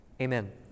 amen